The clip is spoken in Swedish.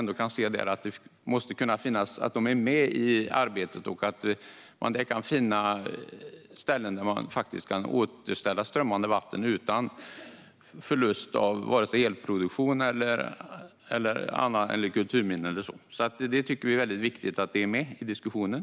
De ska vara med i arbetet så att man kan finna ställen där det går att återställa strömmande vatten utan förlust av vare sig elproduktion eller kulturminnen. Vi tycker att det är viktigt att det är med i diskussionen.